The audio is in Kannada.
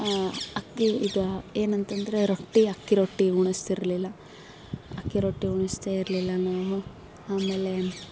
ಅಕ್ಕಿ ಈಗ ಏನಂತ ಅಂದ್ರೆ ರೊಟ್ಟಿ ಅಕ್ಕಿ ರೊಟ್ಟಿ ಉಣಿಸ್ತಿರ್ಲಿಲ್ಲ ಅಕ್ಕಿ ರೊಟ್ಟಿ ಉಣ್ಣಿಸ್ತೇ ಇರಲಿಲ್ಲ ನಾವು ಆಮೇಲೆ